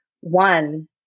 one